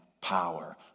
power